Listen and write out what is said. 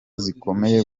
zikomeye